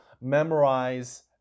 memorize